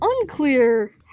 unclear